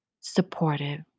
supportive